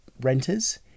renters